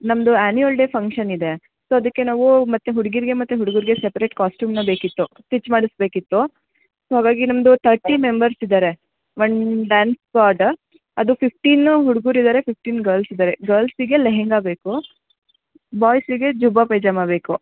ನಮ್ಮದು annual day function ಇದೆ so ಅದಕ್ಕೆ ನಾವು ಮತ್ತು ಹುಡುಗೀರ್ಗೆ ಮತ್ತು ಹುಡುಗರ್ಗೆ ಸಪ್ರೇಟ್ ಕಾಸ್ಟ್ಯೂಮನ್ನು ಬೇಕಿತ್ತು ಸ್ಟಿಚ್ ಮಾಡಿಸ್ಬೇಕಿತ್ತು ಸೊ ಹಾಗಾಗಿ ನಮ್ಮದು ತರ್ಟಿ ಮೆಂಬರ್ಸ್ ಇದ್ದಾರೆ ಒಂದು ಡ್ಯಾನ್ಸ್ ಅದು ಫಿಫ್ಟೀನ್ ಹುಡುಗ್ರು ಇದ್ದಾರೆ ಫಿಫ್ಟೀನ್ ಗರ್ಲ್ಸ್ ಇದ್ದಾರೆ ಗರ್ಲ್ಸಿಗೆ ಲೆಹೆಂಗಾ ಬೇಕು ಬಾಯ್ಸಿಗೆ ಜುಬ್ಬಾ ಪೈಜಾಮ ಬೇಕು